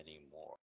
anymore